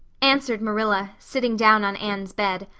answered marilla, sitting down on anne's bed.